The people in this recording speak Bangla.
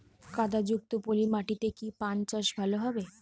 কাদা যুক্ত পলি মাটিতে কি পান চাষ ভালো হবে?